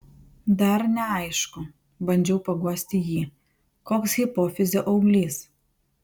dar neaišku bandžiau paguosti jį koks hipofizio auglys